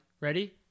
Ready